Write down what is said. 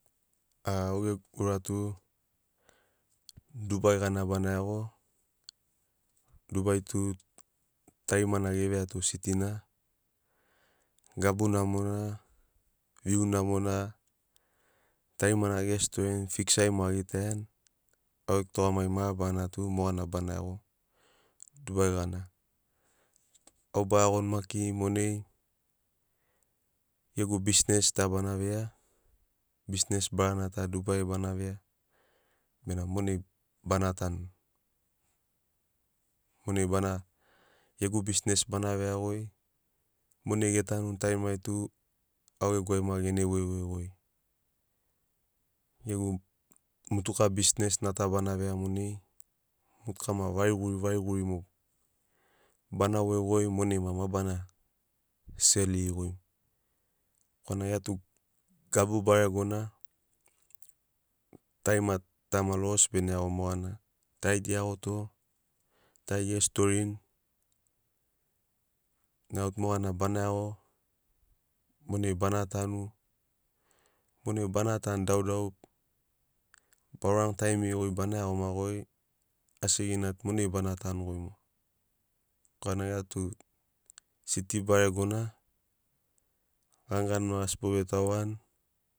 A auḡegu ura tu dubai ḡana bana iaḡo. Dubai tu tarimana ḡeveiato siti na. Gabu namona viu namona. Tarimana ḡestoriani fiksai moḡo aḡitaiani. Auḡegu tuḡamaḡi mabarana tu moḡana bana iaḡo dubai ḡana. Au baiaḡoni maki monai ḡegu bisines ta bana veia. Bisines baranata dubaiai bana veia bena monai bana tanu. Monai ḡegu bisines bana veiaḡoi, monai ḡetanuni tarimari tu auḡegu aim o ḡenevoivoiḡoi. Ḡegu motuka bisinesna ta bana veia. Monai motuka maki variḡuri- variḡuri bana voiḡoi. Monai ma bana seliriḡoi korana ḡia tu gabu baregona. Tarimata maki logo bene iaḡo moḡana. Tari tu ḡeiaḡoto. Tari gestorini nai au tu moḡana iaḡo, monai bana tanu. Monai bana tanu daudau, ba- urani taimiriḡoi bana iaḡomaḡoi asiḡina tu monai bana tanuḡoi moḡo korana ḡia tu siti baregona, ḡaniḡani maki asi bovetauni.